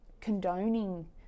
condoning